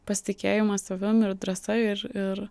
pasitikėjimą savim ir drąsa ir ir